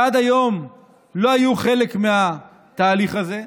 שעד היום לא היו חלק מהתהליך הזה.